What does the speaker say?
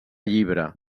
llibre